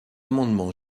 amendement